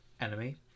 enemy